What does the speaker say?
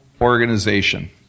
organization